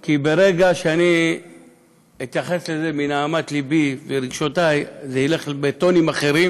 כי ברגע שאני אתייחס לזה מנהמת לבי ורגשותי זה ילך בטונים אחרים